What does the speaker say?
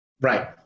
Right